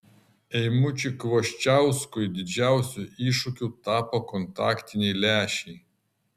eimučiui kvoščiauskui didžiausiu iššūkiu tapo kontaktiniai lęšiai